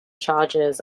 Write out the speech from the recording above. charges